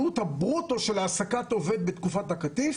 עלות הברוטו של העסקת עובד בתקופת הקטיף